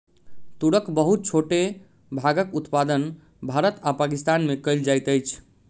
तूरक बहुत छोट भागक उत्पादन भारत आ पाकिस्तान में कएल जाइत अछि